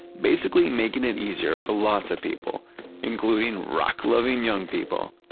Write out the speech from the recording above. basically making it easier for lots of people including rock loving young people,